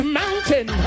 mountain